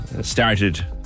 started